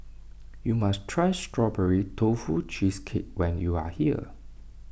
you must try Strawberry Tofu Cheesecake when you are here